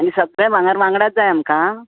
आनी सगळें भांगर वांगडाच जाय आमकां